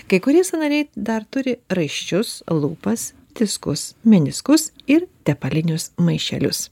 kai kurie sąnariai dar turi raiščius lūpas diskus meniskus ir tepalinius maišelius